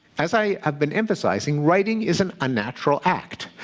as i have been emphasising, writing is an unnatural act,